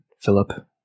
Philip